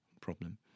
problem